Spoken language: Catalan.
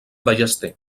ballester